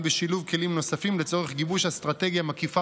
בשילוב כלים נוספים לצורך גיבוש אסטרטגיה מקיפה